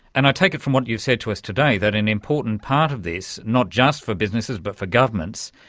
and i take it from what you've said to us today that an important part of this, not just for businesses but for governments,